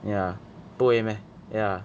ya 不会 meh ya